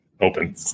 open